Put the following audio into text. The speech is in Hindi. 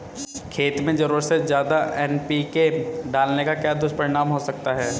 खेत में ज़रूरत से ज्यादा एन.पी.के डालने का क्या दुष्परिणाम हो सकता है?